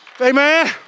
Amen